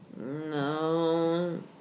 No